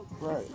Right